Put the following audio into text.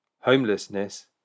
Homelessness